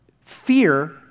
fear